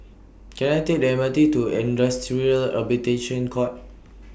Can I Take The M R T to Industrial Arbitration Court